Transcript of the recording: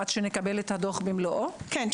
כן.